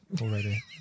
already